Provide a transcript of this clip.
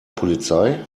polizei